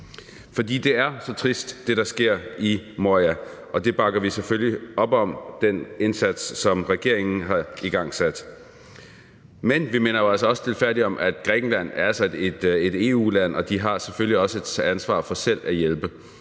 For det er så trist, hvad der sker i Morialejren, og vi bakker selvfølgelig op om den indsats, regeringen har igangsat. Men vi minder stilfærdigt om, at Grækenland jo altså er et EU-land, og at de selvfølgelig også har et ansvar for selv at hjælpe.